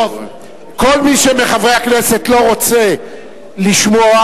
כל מי מחברי הכנסת שלא רוצה לשמוע,